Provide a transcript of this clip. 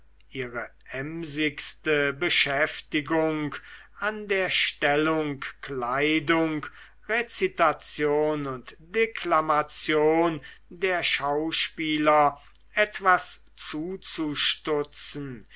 ihre emsigste beschäftigung an der stellung kleidung rezitation und deklamation der schauspieler etwas zuzustutzen